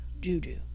Juju